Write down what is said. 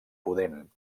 pudent